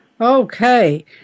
Okay